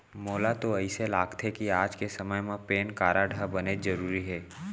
मोला तो अइसे लागथे कि आज के समे म पेन कारड ह बनेच जरूरी हे